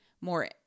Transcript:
more